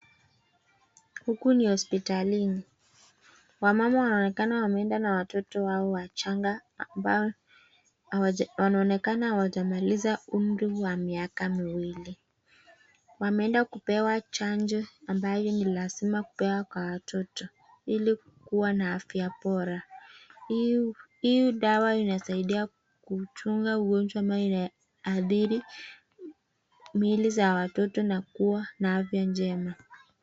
Huku ni hosipitalini. Wamama wanaonekana wameenda na watoto wao wa changa ambao wanaonekana hawajamaliza umri wa miaka miwili. Wameenda kupewa chanjo ambayo ni lazima kupewa kwa watoto ili kua na afya bora. Hii dawa inasaidia kuchunga ugonjwa ambao inaadhiri mili za watoto na kua na afya njema.